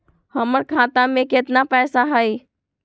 हमर खाता में केतना पैसा हई?